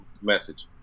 message